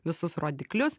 visus rodiklius